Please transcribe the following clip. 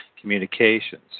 communications